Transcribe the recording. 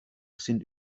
sind